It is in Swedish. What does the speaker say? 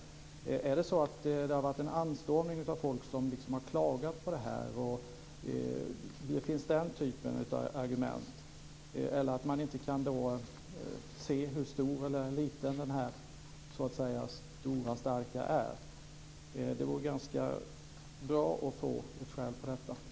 Har det varit en anstormning av folk som har klagat på att de inte vet hur stor eller liten en stor starköl är? Det vore ganska bra att få ett skäl för tillkännagivandet.